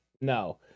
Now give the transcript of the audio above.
No